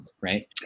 right